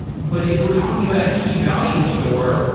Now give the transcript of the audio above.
but if we're talking about a key value store,